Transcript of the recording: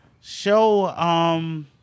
Show